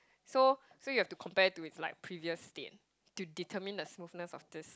so so you have to compare to it's like previous state to determine the smoothness of this